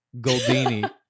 Goldini